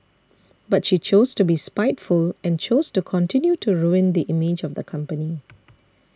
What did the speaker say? but she chose to be spiteful and chose to continue to ruin the image of the company